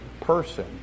person